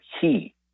key